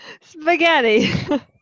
Spaghetti